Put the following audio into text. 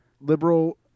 liberal